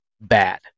bad